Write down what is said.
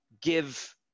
give